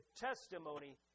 testimony